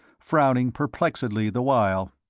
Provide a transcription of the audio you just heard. frowning perplexedly the while.